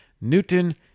Newton